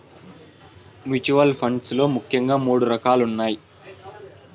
mutual funds లో ముఖ్యంగా మూడు రకాలున్నయ్